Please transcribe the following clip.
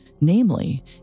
namely